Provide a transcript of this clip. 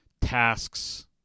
tasks